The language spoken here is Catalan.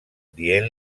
dient